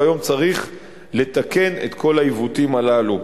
והיום צריך לתקן את כל העיוותים הללו.